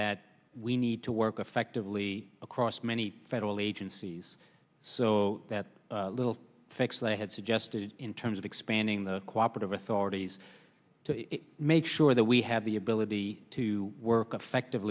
that we need to work effectively across many federal agencies so that little facts i had suggested in terms of expanding the cooperate of authorities to make sure that we have the ability to work affective